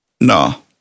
No